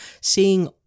seeing